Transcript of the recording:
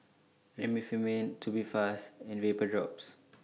Remifemin Tubifast and Vapodrops